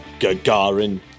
Gagarin